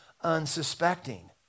unsuspecting